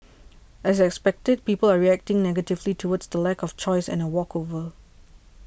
as expected people are reacting negatively towards the lack of choice and a walkover